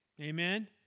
Amen